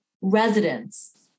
residents